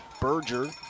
Berger